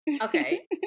Okay